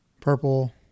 Purple